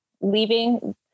leaving